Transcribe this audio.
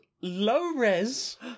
low-res